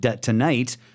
tonight